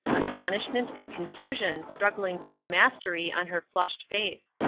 astonishment and confusion struggling for the mastery on her flushed face.